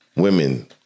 women